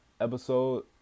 episode